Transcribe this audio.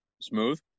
Smooth